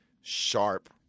sharp